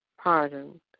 pardon